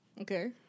Okay